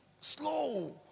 slow